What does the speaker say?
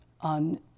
on